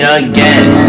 again